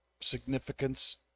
significance